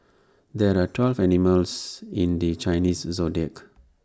there are twelve animals in the Chinese Zodiac